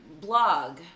blog